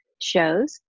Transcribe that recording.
shows